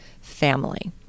family